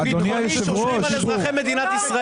------ שומרים על אזרחי מדינת ישראל.